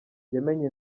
yamenye